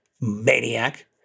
Maniac